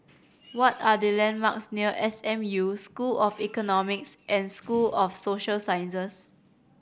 what are the landmarks near S M U School of Economics and School of Social Sciences